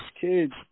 kids